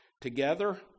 together